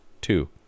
two